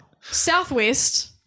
southwest